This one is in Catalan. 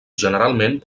generalment